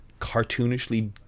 cartoonishly